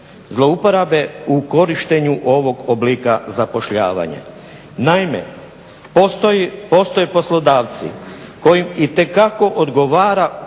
zlouporabe u korištenju ovog oblika zapošljavanja.